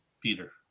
Peter